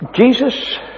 Jesus